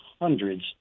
hundreds